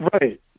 right